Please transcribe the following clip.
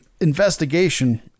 investigation